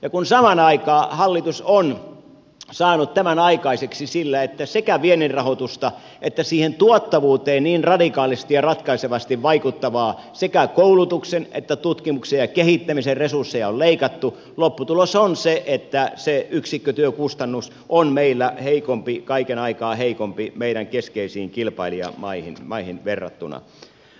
ja kun samaan aikaan hallitus on saanut tämän aikaiseksi sillä että sekä viennin rahoitusta että siihen tuottavuuteen niin radikaalisti ja ratkaisevasti vaikuttavaa sekä koulutuksen että tutkimuksen ja kehittämisen resursseja on leikattu lopputulos on se että se yksikkötyökustannus on meillä heikompi kaiken aikaa heikompi meidän keskeisiin kilpailijamaihin verrattuna